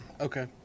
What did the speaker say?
Okay